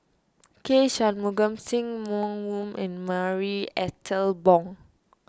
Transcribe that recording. K Shanmugam Sim Wong Hoo and Marie Ethel Bong